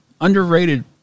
underrated